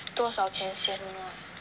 多少钱先 don't know